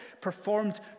performed